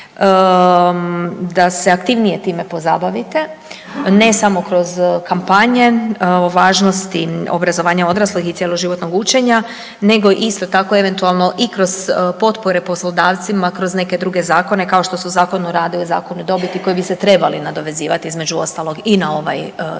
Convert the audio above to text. da se aktivnije time pozabavite, ne samo kroz kapanje o važnosti obrazovanja odraslih i cjeloživotnog učenja nego isto tako eventualno i kroz potpore poslodavcima kroz neke druge zakone kao što su Zakon o radu i zakon o dobiti koji bi se trebali nadovezivati između ostalog i na ovaj zakon